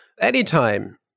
Anytime